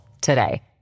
today